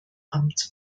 amt